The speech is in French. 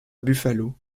buffalo